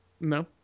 No